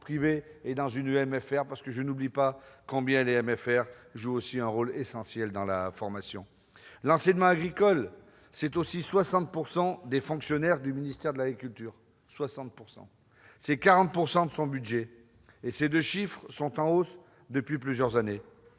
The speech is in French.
privé et une MFR de Magnanville, car je n'oublie pas combien ces MFR jouent un rôle essentiel dans la formation. L'enseignement agricole, c'est 60 % des fonctionnaires du ministère de l'agriculture, 40 % de son budget, et ces deux chiffres sont en hausse depuis plusieurs années.